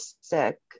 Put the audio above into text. sick